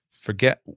forget